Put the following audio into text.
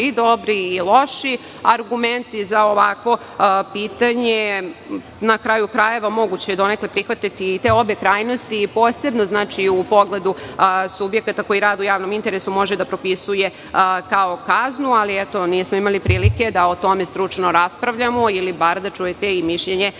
i dobri i loši argumenti za ovakvo pitanje. Na kraju krajeva, moguće je donekle prihvatiti i te obe krajnosti, posebno u pogledu subjekata koji rade u javnom interesu može da propisuje kao kaznu, ali nismo imali prilike da o tome stručno raspravljamo, ili bar da čujete i mišljenje